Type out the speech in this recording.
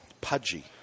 Pudgy